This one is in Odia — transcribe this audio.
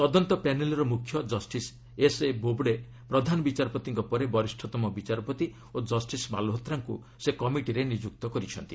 ତଦନ୍ତ ପ୍ୟାନେଲ୍ର ମୁଖ୍ୟ ଜଷ୍ଟିସ୍ ଏସ୍ଏ ବୋବ୍ଡେ ପ୍ରଧାନ ବିଚାରପତିଙ୍କ ପରେ ବରିଷତମ ବିଚାରପତି ଓ ଜଷିସ୍ ମାଲ୍ହୋତ୍ରାଙ୍କୁ ସେ କମିଟିରେ ନିଯୁକ୍ତ କରିଛନ୍ତି